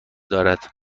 دارد